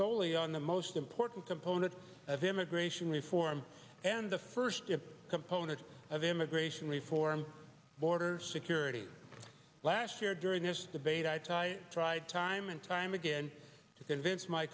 solely on the most important component of immigration reform and the first component of immigration reform border security last year during this debate i tried time and time again to convince my